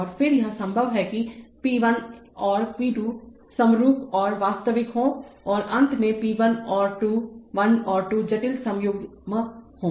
और फिर यह संभव है कि p एक और p 2 समरूप और वास्तविक हों और अंत में p 1 और 2 जटिल संयुग्मित हों